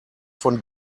von